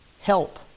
Help